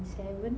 seven